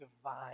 divine